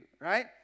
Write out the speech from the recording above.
right